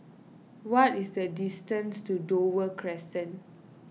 what is the distance to Dover Crescent